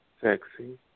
Sexy